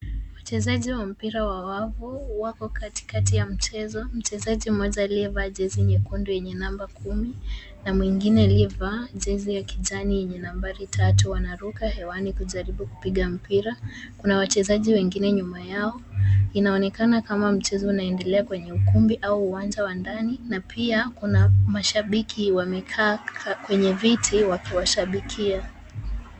Wachezaji wa mpira wa wavu, wako katikati ya mchezo. Mchezaji mmoja aliyevaa jezi nyekundu, yenye namba kumi, na mwingine aliyevaa jezi ya kijani, yenye nambari tatu, wanaruka hewani kujaribu kupiga mpira. Kuna wachezaji wengine nyuma yao. Inaonekana kama mchezo unaendelea kwenye ukumbi, au uwanja wa ndani, na pia, kuna mashabiki wamekaa kwenye viti wakiwashabikia.